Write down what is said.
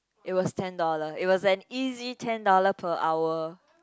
it was ten dollar it was an easy ten dollar per hour